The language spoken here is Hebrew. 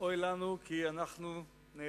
אוי לנו כי אנחנו נאלצים